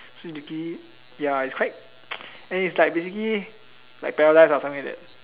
so basically ya it's quite anyway it's like basically like paradise ah something like that